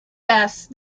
best